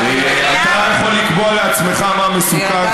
אתה יכול לקבוע לעצמך מה מסוכן,